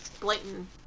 blatant